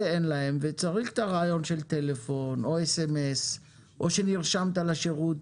אין וצריך את הרעיון של טלפון או SMS או שנרשמת לשירות.